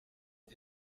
ati